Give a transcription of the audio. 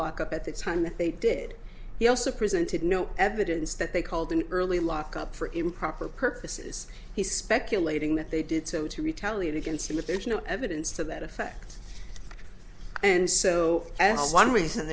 lock up at the time that they did he also presented no evidence that they called an early lockup for improper purposes he speculating that they did so to retaliate against him if there is no evidence to that effect and so as one reason